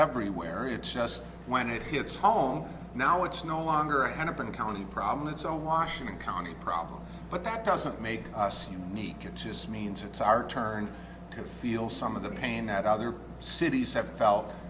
everywhere it's just when it hits home now it's no longer an open accounting problem its own washington county problem but that doesn't make us unique it just means it's our turn to feel some of the pain that other cities have felt